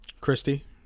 Christy